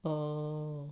oh